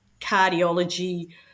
cardiology